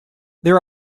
there